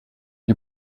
you